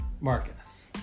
Marcus